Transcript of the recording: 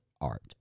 art